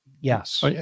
Yes